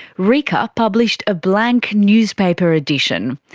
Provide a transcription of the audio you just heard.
rika published a blank newspaper edition.